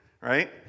Right